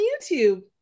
YouTube